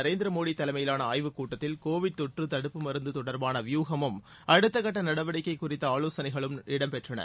நரேந்திர மோடி தலைமையிலான ஆய்வுக் கூட்டத்தில் கோவிட் தொற்று தடுப்பு மருந்து தொடர்பான வியூகமும் அடுத்த கட்ட நடவடிக்கை குறித்த ஆலோசனைகளும் இடம் பெற்றன